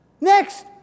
Next